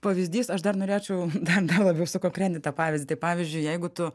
pavyzdys aš dar norėčiau dar labiau sukonkretint tą pavyzdį pavyzdžiui jeigu tu